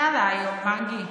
מרגי,